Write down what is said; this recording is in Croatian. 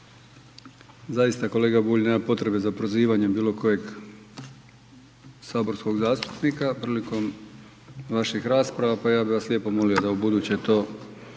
Zaista kolega Bulj nema potrebe za prozivanjem bilo kojeg saborskog zastupnika prilikom vaših rasprava pa ja bih vas lijepo molio da ubuduće to